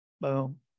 boom